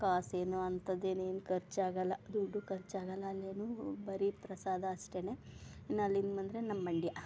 ಕಾಸೇನು ಅಂಥದೇನೇನ್ ಖರ್ಚಾಗಲ್ಲ ದುಡ್ಡು ಖರ್ಚಾಗಲ್ಲ ಅಲ್ಲೇನು ಓ ಬರೀ ಪ್ರಸಾದ ಅಷ್ಟೆ ಇನ್ನು ಅಲ್ಲಿನ ಬಂದರೆ ನಮ್ಮ ಮಂಡ್ಯ